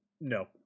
no